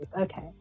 okay